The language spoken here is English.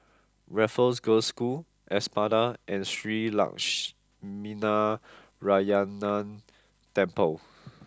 Raffles Girls' School Espada and Shree Lakshminarayanan Temple